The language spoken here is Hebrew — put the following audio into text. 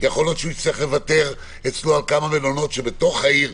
יכול להיות שהוא יצטרך לוותר אצלו על כמה מלונות שבתוך העיר,